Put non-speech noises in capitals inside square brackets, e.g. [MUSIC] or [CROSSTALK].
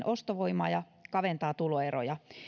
[UNINTELLIGIBLE] ostovoimaa ja kaventaa tuloeroja